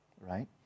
right